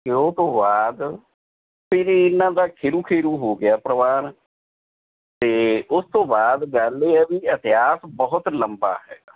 ਅਤੇ ਉਹ ਤੋਂ ਬਾਅਦ ਫਿਰ ਇਨ੍ਹਾਂ ਦਾ ਖੇਰੂੰ ਖੇਰੂੰ ਹੋ ਗਿਆ ਪਰਿਵਾਰ ਅਤੇ ਉਸ ਤੋਂ ਬਾਅਦ ਗੱਲ ਇਹ ਹੈ ਵੀ ਇਤਿਹਾਸ ਬਹੁਤ ਲੰਬਾ ਹੈਗਾ